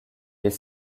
les